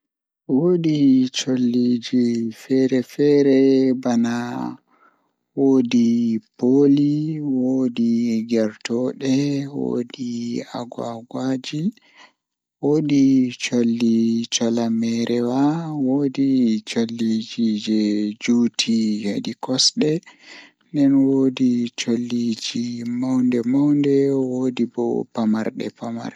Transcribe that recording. Eh Daada am kanko woni goɗɗo mo laatake So miɗo waawi ɗum ko goɗɗum, aɗa yiɗi wonde joomi kadi kaɗi ko amɗo ndiyanɗo. Ko waɗi joomo miin, sabu o waɗi feewi ɗum fi mbaawi waɗe. Miɗo jooɗi e hoore ko waɗde, o waɗi miŋ kaɗi o waɗi saama sabu o tiiɗi. Jooni, miɗo waawi faamii ɗum